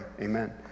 Amen